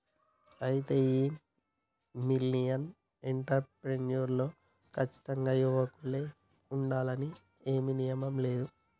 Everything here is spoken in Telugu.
అయితే ఈ మిలినియల్ ఎంటర్ ప్రెన్యుర్ లో కచ్చితంగా యువకులే ఉండాలని ఏమీ నియమం లేదు